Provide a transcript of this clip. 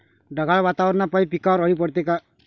ढगाळ वातावरनापाई पिकावर अळी पडते का?